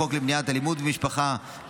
חוק למניעת אלימות במשפחה,